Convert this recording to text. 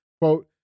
quote